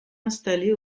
installée